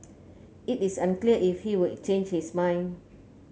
it is unclear if he would change his mind